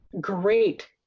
great